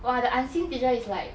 !wah! the unseen teacher is like